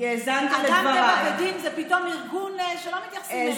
אדם טבע ודין זה פתאום ארגון שלא מתייחסים אליו.